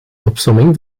opsomming